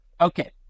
Okay